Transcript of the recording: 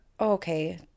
okay